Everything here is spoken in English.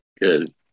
Good